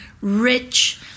rich